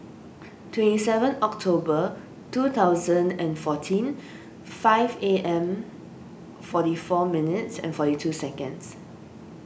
twenty seven October two thousand and fourteen five A M forty four minutes and forty two seconds